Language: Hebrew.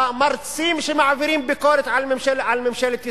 המרצים שמעבירים ביקורת על ממשלת ישראל,